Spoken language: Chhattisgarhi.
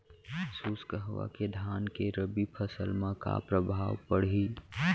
शुष्क हवा के धान के रबि फसल मा का प्रभाव पड़ही?